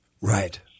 right